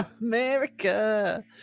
america